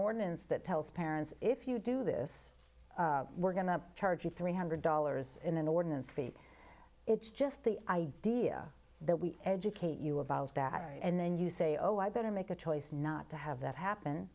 ordinance that tells parents if you do this we're going to charge you three one hundred dollars in an ordinance feat it's just the idea that we educate you about that and then you say oh i better make a choice not to have that happen